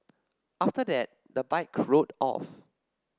after that the bike rode off